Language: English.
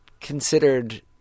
considered